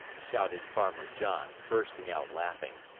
shouted farmer john, bursting out laughing.